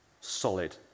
Solid